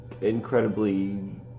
incredibly